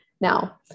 now